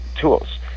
tools